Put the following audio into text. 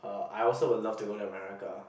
uh I also would love to go to America